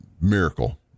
miracle